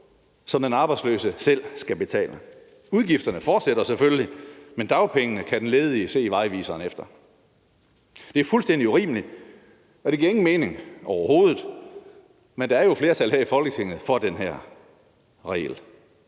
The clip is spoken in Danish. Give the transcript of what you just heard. som den arbejdsløse selv skal betale. Udgifterne fortsætter selvfølgelig, men dagpengene kan den ledige se i vejviseren efter. Det er fuldstændig urimeligt, og det giver ingen mening overhovedet, men der er flertal her i Folketinget for den regel.